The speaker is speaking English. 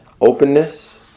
openness